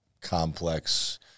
complex